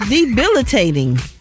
Debilitating